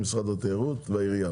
עם משרד התיירות והעירייה,